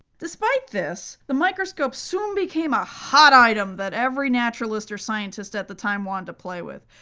despite this, the microscope soon became a hot item that every naturalist or scientist at the time wanted to play with,